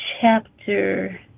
chapter